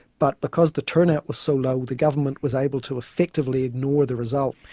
but because the turnout was so low, the government was able to effectively ignore the result.